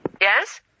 Yes